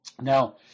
Now